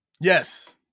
Yes